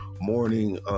morning